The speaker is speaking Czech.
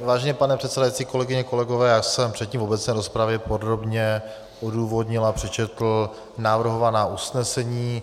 Vážený pane předsedající, kolegyně, kolegové, já jsem předtím v obecné rozpravě podrobně odůvodnil a přečetl navrhovaná usnesení.